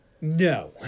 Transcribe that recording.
No